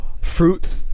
Fruit